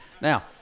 now